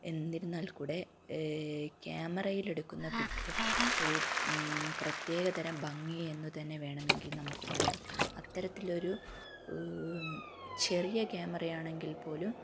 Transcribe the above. എന്നിരുന്നാൽ കൂടെ ക്യാമറയിൽ എടുക്കുന്ന പിക്ക് ഒരു പ്രത്യേകതരം ഭംഗി എന്ന് തന്നെ വേണമെങ്കിൽ നമുക്ക് പറയാം അത്തരത്തിലൊരു ചെറിയ ക്യാമറ ആണെങ്കിൽ പോലും